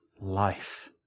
life